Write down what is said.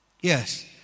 Yes